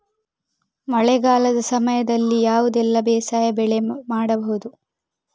ಮಳೆಗಾಲದ ಸಮಯದಲ್ಲಿ ಯಾವುದೆಲ್ಲ ಬೇಸಾಯ ಬೆಳೆ ಮಾಡಬಹುದು?